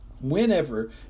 Whenever